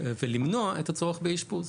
ולמנוע את הצורך באשפוז.